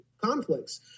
conflicts